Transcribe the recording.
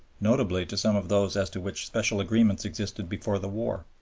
notably to some of those as to which special agreements existed before the war,